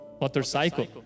motorcycle